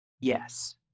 Yes